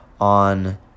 on